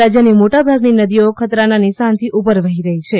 રાજ્યની મોટાભાગની નદીઓ ખતરાના નિશાનથી ઉપર વહી રહી છે